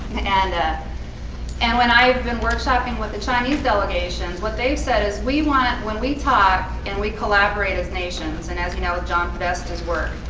and ah and when i've been workshopping with the chinese delegations, what they've said is we want when we talk and we collaborate as nations and as, you know, with john podesta's work,